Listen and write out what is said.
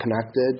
connected